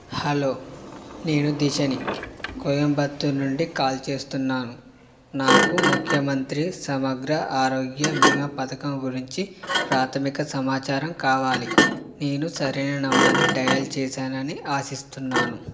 hello నేను దిశని కోయంబత్తూర్ నుండి కాల్ చేస్తున్నాను నాకు ముఖ్యమంత్రి సమగ్ర ఆరోగ్య బీమా పథకం గురించి ప్రాథమిక సమాచారం కావాలి నేను సరైన నంబర్ని డయల్ చేసానని ఆశిస్తున్నాను